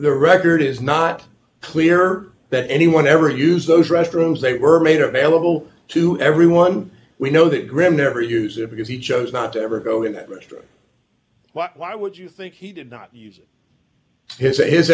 their record is not clear that anyone ever used those restrooms they were made available to everyone we know that grimm never use it because he chose not to ever go in that or what why would you think he did not use his